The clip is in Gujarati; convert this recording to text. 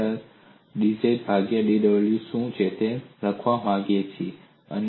અને આપણે dz ભાગ્યા dw શું છે તે લખવા માંગીએ છીએ